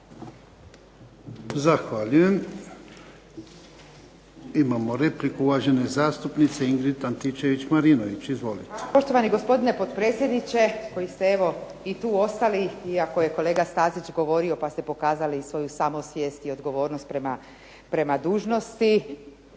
Zahvaljujem. Imamo repliku uvažene zastupnice Ingrid Antičević-Marinović. Izvolite. **Antičević Marinović, Ingrid (SDP)** Hvala poštovani gospodine potpredsjedniče koji ste evo i tu ostali, iako je kolega Stazić govorio, pa ste pokazali i svoju samosvijest i odgovornost prema dužnosti